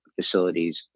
facilities